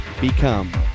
Become